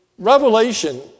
Revelation